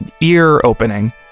ear-opening